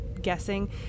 guessing